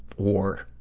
or